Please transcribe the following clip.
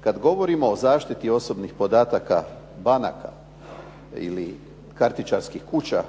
Kad govorimo o zaštiti osobnih podataka banaka ili kartičarskih kuća,